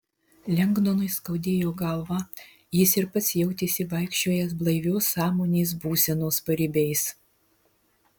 lengdonui skaudėjo galvą jis ir pats jautėsi vaikščiojąs blaivios sąmonės būsenos paribiais